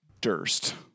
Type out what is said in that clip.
Durst